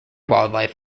wildlife